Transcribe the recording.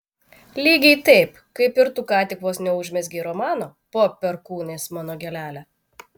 lygiai taip kaip ir tu ką tik vos neužmezgei romano po perkūnais mano gėlele